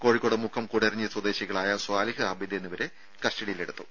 കോഴിക്കോട് മുക്കം കൂടരഞ്ഞി സ്വദേശികളായ സ്വാലിഹ് ആബിദ് എന്നിവരെ കസ്റ്റഡിയിലെടുത്തു